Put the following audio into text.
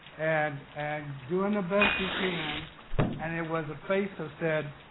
and and doing the best he can and it was a face who said,